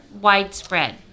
widespread